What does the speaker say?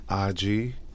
IG